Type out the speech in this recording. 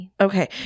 Okay